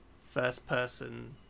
first-person